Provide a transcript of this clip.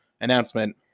announcement